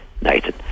Nathan